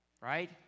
right